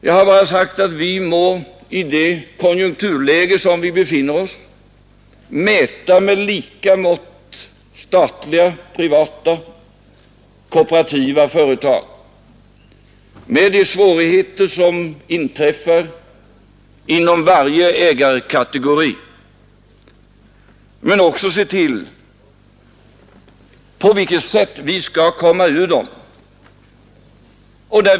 Jag har bara sagt att vi i det konjunkturläge där vi nu befinner oss må med lika mått mäta statliga, privata och kooperativa företag, med de svårigheter som inträffar inom varje ägarkategori, men också undersöka hur vi skall kunna hjälpa dem att komma ur svårigheterna.